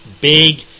big